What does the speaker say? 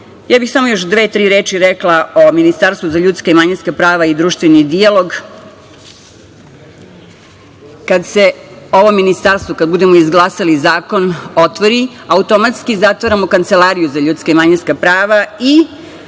bih još dve, tri reči rekla o ministarstvu za ljudska i manjinska prava i društveni dijalog. Kada se ovo ministarstvo, kada budemo izglasali zakon, otvori, automatski zatvaramo Kancelariju za ljudska i manjinska prava i